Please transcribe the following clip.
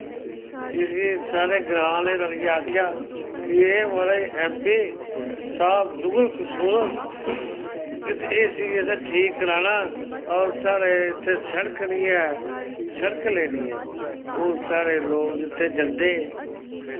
इसी साढ़े ग्रांऽ आह्लें रलियै आक्खेआ कि ए मारज ऐम पी साह्ब जुगल कशोर इसी असें ठीक कराना और साढ़े इत्थें सड़क नी ऐ सड़क लेनी ऐ हून साढ़े लोग इत्थै जंदे